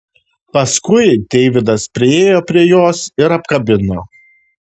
paskui deividas priėjo prie jos ir apkabino